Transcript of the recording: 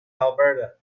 alberta